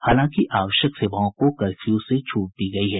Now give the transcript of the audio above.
हालांकि आवश्यक सेवाओं को कर्फ्यू से छूट दी गयी है